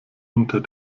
unter